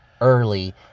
early